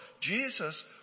Jesus